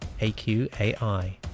AQAI